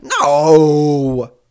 No